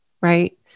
right